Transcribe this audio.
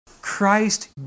Christ